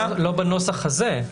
לא בנוסח הזה.